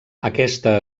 aquesta